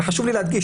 וחשוב לי להדגיש,